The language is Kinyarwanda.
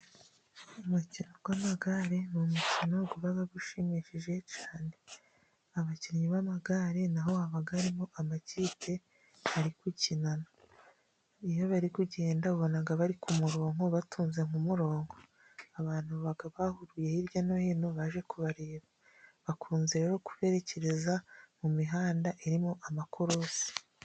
Umukino w'amagare ni umukino uba ushimishije cyane, abakinnyi b'amagare na bo haba harimo amakipe bari gukinana, iyo bari kugenda ubona bari ku murongo batonze nk'umurongo, abantu bakaba bahuriye hirya no hino baje kubareba, bakunze rero kubererekereza mu mihanda irimo amakorosi.